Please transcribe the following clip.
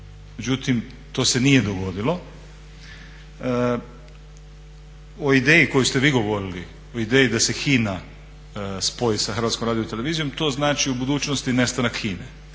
Međutim, to se nije dogodilo. O ideji koju ste vi govorili, o ideji da se HINA spoji sa HRT-om to znači u budućnosti nestanak HINA-e.